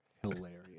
Hilarious